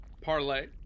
parlay